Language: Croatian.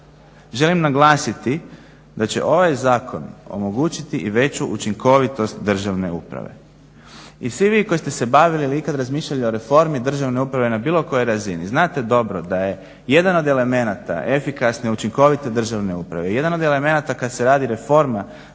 Želim naglasiti da će ovaj zakon omogućiti i veću učinkovitost državne uprave. I svi vi koji ste se bavili ili ikada razmišljali o reformi državne uprave na bilo kojoj razini znate dobro da je jedan od elementa efikasne učinkovite državne uprave i jedan od elementa kada se radi reforma